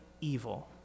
evil